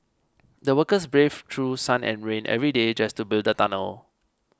the workers braved through sun and rain every day just to build the tunnel